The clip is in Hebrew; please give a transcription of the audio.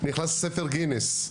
שנכנס לספר גינס.